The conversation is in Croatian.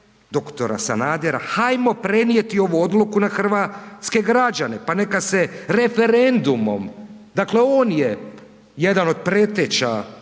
dr. Sanadera „hajmo prenijeti ovu odluku na hrvatske građane, pa neka se referendumom“, dakle, on je jedan od preteća